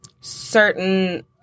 certain